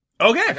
okay